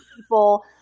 people